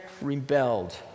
rebelled